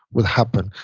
would happen.